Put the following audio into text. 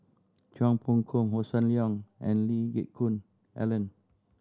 Chua Phung Kim Hossan Leong and Lee Geck Hoon Ellen